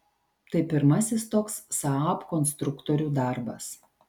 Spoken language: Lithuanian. tai pirmasis toks saab konstruktorių darbas